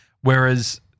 whereas